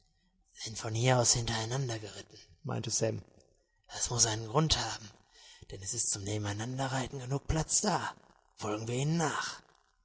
war sind von hier aus hintereinander geritten meinte sam das muß einen grund haben denn es ist zum nebeneinanderreiten genug platz da folgen wir ihnen nach